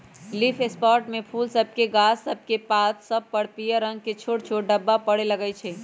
leaf spot में फूल सभके गाछ सभकेक पात सभ पर पियर रंग के छोट छोट ढाब्बा परै लगइ छै